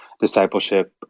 discipleship